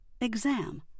Exam